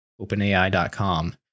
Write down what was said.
openai.com